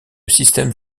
système